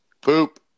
Poop